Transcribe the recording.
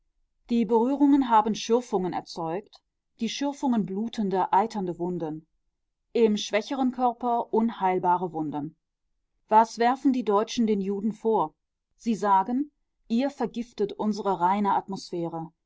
die berührungen haben schürfungen erzeugt die schürfungen blutende eiternde wunden im schwächeren körper unheilbare wunden was werfen die deutschen den juden vor sie sagen ihr vergiftet unsere reine atmosphäre